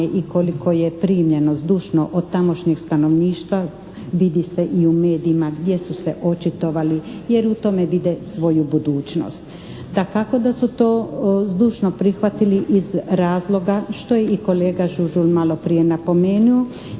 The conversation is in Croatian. i koliko je primljeno zdušno od tamošnjeg stanovništva vidi se i u medijima gdje su se očitovali jer u tome vide svoju budućnost. Dakako da su to zdušno prihvatili iz razloga što je i kolega Žužul maloprije napomenuo